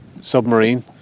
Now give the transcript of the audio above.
submarine